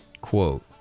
Quote